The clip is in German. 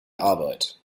arbeit